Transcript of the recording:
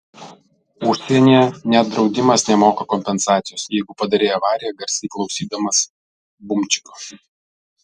užsienyje net draudimas nemoka kompensacijos jeigu padarei avariją garsiai klausydamas bumčiko